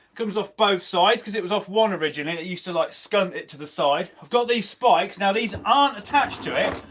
comes off both sides because it was off one originally used to like so it to the side. i've got these spikes, now these aren't attached to it.